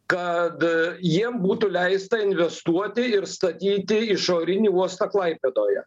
kad jiem būtų leista investuoti ir statyti išorinį uostą klaipėdoje